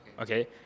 Okay